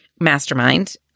mastermind